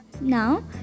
Now